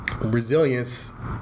resilience